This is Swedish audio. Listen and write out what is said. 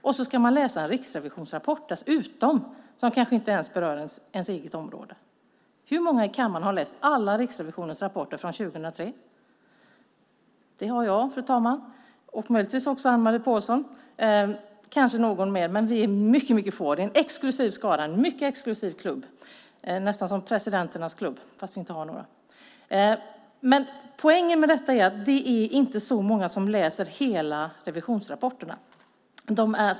Och så ska man läsa en riksrevisionsrapport dessutom, som kanske inte ens berör ens eget område! Hur många i kammaren har läst alla Riksrevisionens rapporter från 2003? Det har jag, fru talman, och möjligtvis också Anne-Marie Pålsson och kanske någon mer. Men vi är mycket få. Det är en mycket exklusiv skara och klubb - nästan som presidenternas klubb, fast vi inte har några. Poängen med detta är att det inte är så många som läser hela revisionsrapporterna.